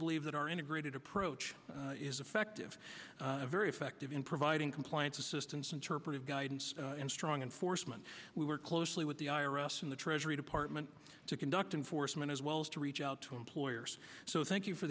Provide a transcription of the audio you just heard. believe that our integrated approach is effective very effective in providing compliance assistance interpretive guidance and strong enforcement we work closely with the i r s and the treasury department to conduct enforcement as well as to reach out to employers so thank you for